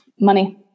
Money